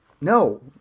No